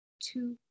Two